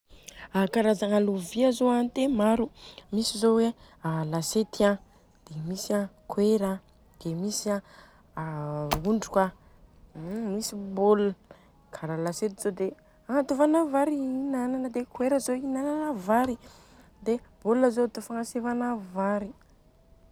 A karazagna lovia zô a dia maro, misy zô hoe lasety an, dia misy an koera an, dia misy an a ondroka, misy bôl. Kara lasety zô dia agnatovana vary igny dia koera zô inana vary dia bôl zô atô fagnasivana vary.